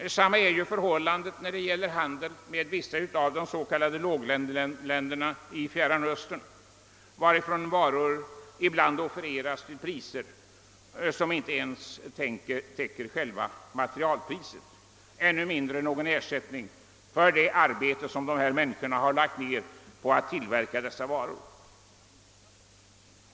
Detsamma är förhållandet när det gäller handel med vissa av de s.k. låglöneländerna i Fjärran Östern, från vilka varor ibland offereras till priser som inte ens täcker själva materialkostnaden och ännu mindre ger någon ersättning för det arbete som människor har lagt ned på att tillverka varorna.